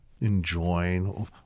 enjoying